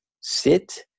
sit